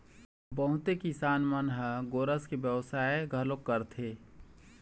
बहुते किसान मन ह गोरस के बेवसाय घलोक करथे